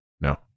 No